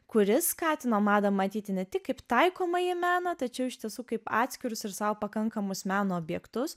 kuris skatino madą matyti ne tik kaip taikomąjį meną tačiau iš tiesų kaip atskirus ir sau pakankamus meno objektus